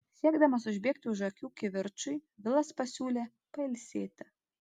siekdamas užbėgti už akių kivirčui vilas pasiūlė pailsėti